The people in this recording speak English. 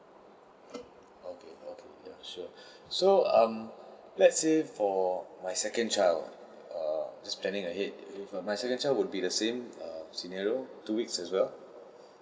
okay okay ya sure so um let's say for my second child err just planning ahead if err my second child would be the same err scenario two weeks as well